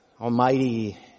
Almighty